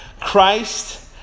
Christ